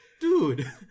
Dude